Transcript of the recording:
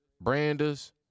branders